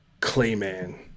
Clayman